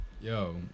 Yo